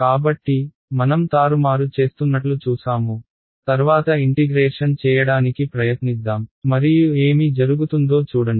కాబట్టి మనం తారుమారు చేస్తున్నట్లు చూసాము తర్వాత ఇంటిగ్రేషన్ చేయడానికి ప్రయత్నిద్దాం మరియు ఏమి జరుగుతుందో చూడండి